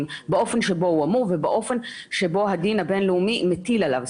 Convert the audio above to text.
באופן שבו הוא אמור ובאופן שבו הדין הבין-לאומי מטיל עליו.